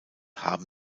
haben